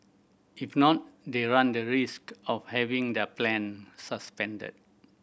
if not they run the risk of having their plan suspended